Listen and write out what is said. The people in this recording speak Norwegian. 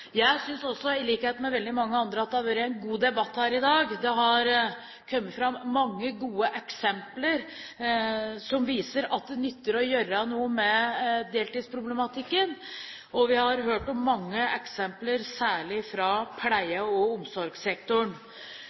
Jeg synes også, i likhet med veldig mange andre, at det har vært en god debatt her i dag. Det har kommet fram mange gode eksempler som viser at det nytter å gjøre noe med deltidsproblematikken. Vi har hørt om mange eksempler, særlig fra pleie- og omsorgssektoren,